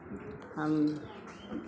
हम